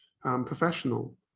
professional